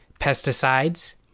pesticides